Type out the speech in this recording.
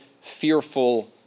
fearful